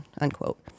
unquote